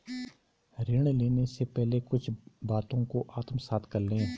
ऋण लेने से पहले कुछ बातों को आत्मसात कर लें